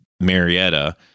Marietta